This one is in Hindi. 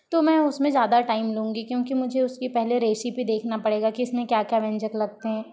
तो मैं उसमें ज़्यादा टाइम लूंगी क्योंकि मुझे उसकी पहले रेसेपी देखना पड़ेगा कि इसमें क्या क्या व्यंजन लगते हैं